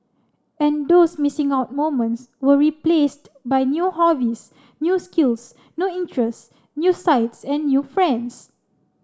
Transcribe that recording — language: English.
and those missing out moments were replaced by new hobbies new skills new interests new sights and new friends